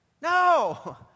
No